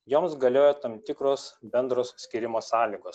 joms galioja tam tikros bendros skyrimo sąlygos